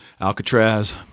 Alcatraz